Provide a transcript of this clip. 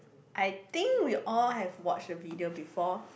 I think we all have watch the video before